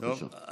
בבקשה.